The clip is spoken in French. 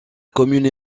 commune